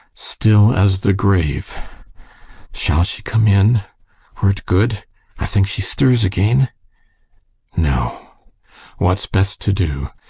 still as the grave shall she come in were't good i think she stirs again no what's best to do?